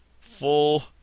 full